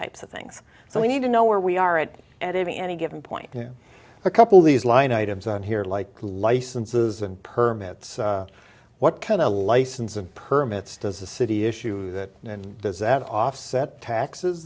types of things so we need to know where we are at at any given point you know a couple of these line items on here like licenses and permits what can a license and permits does the city issue that and does that offset taxes